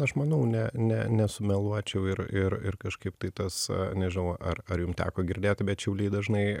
aš manau ne ne nesumeluočiau ir ir ir kažkaip tai tas nežuvo ar ar jum teko girdėti bet šiauliai dažnai